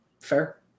Fair